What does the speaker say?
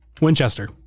Winchester